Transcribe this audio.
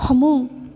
ꯐꯃꯨꯡ